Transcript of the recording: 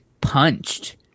punched